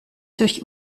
durch